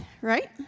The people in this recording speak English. right